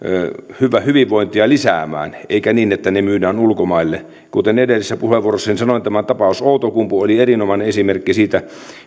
hyvinvointia lisäämään eikä niin että ne myydään ulkomaille kuten edellisessä puheenvuorossani sanoin tämä tapaus outokumpu oli erinomainen esimerkki siitä